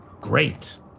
Great